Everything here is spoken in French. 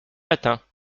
matins